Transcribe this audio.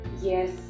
yes